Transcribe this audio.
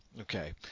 okay